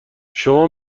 شما